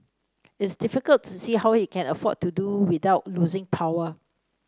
it's difficult to see how he can afford to do without losing power